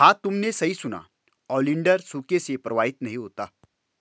हां तुमने सही सुना, ओलिएंडर सूखे से प्रभावित नहीं होता